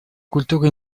культура